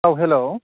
औ हेलौ